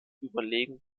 überlegen